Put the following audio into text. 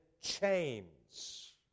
chains